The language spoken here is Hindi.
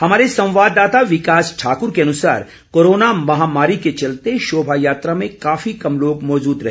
हमारे संवाददाता विकास ठाकूर के अनुसार कोरोना महामारी के चलते शोभा यात्रा में काफी कम लोग मौजूद रहे